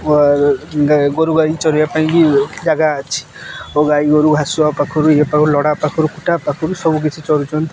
ଗାଈ ଗୋରୁ ଗାଈ ଚରିବା ପାଇଁ ଜାଗା ଅଛି ଓ ଗାଈ ଗୋରୁ ଘାସୁଆ ପାଖରୁ ଇଏ ପାଖରୁ ଲଡ଼ା ପାଖରୁ କୁଟା ପାଖରୁ ସବୁ କିଛି ଚରୁଛନ୍ତି